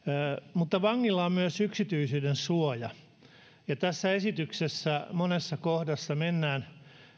mutta vangilla on yksityisyydensuoja ja myös yksityisyys ja tässä esityksessä monessa kohdassa mennään